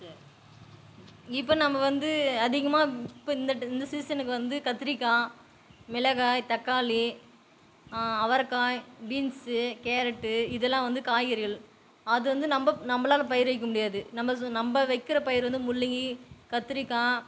சரி இப்போ நம்ம வந்து அதிகமாக இப்போ இந்த ட இந்த சீசனுக்கு வந்து கத்திரிக்காய் மிளகாய் தக்காளி அவரைக்காய் பீன்ஸு கரெட்டு இதெல்லாம் வந்து காய்கறிகள் அது வந்து நம்ம நம்மளால பயிற வைக்க முடியாது நம்ம சு நம்ம வைக்கிற பயிறு வந்து முள்ளங்கி கத்திரிக்காய்